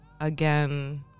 again